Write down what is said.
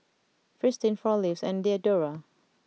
Fristine Four Leaves and Diadora